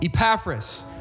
Epaphras